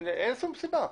אין שום סיבה.